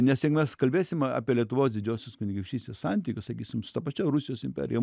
nes jeigu mes kalbėsim apie lietuvos didžiosios kunigaikštystės santykius sakysim su ta pačia rusijos imperija